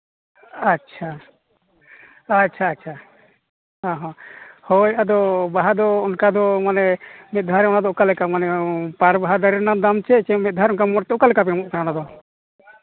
ᱟᱪᱪᱷᱟ ᱟᱪᱪᱷᱟ ᱦᱮᱸ ᱦᱮᱸ ᱦᱳᱭ ᱟᱫᱚ ᱵᱟᱦᱟ ᱫᱚ ᱚᱱᱠᱟ ᱫᱚ ᱢᱟᱱᱮ ᱢᱤᱫ ᱫᱷᱟᱣ ᱨᱮ ᱚᱠᱟ ᱞᱮᱠᱟ ᱢᱟᱱᱮ ᱯᱟᱨ ᱵᱟᱦᱟ ᱫᱟᱨᱮ ᱨᱮᱱᱟᱜ ᱫᱟᱢ ᱪᱮ ᱥᱮ ᱚᱠᱟ ᱞᱮᱠᱟ ᱯᱮ ᱮᱢᱚᱜ ᱠᱟᱱᱟ ᱚᱱᱟᱫᱚ